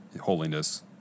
holiness